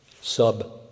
sub